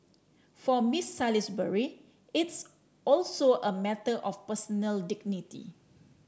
for Miss Salisbury it's also a matter of personal dignity